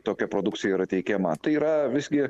tokia produkcija yra teikiama tai yra visgi